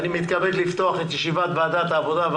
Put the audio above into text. אני מתכבד לפתוח את ישיבת ועדת העבודה,